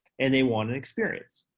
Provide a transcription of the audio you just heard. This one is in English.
and they want an experience.